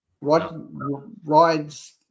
Rides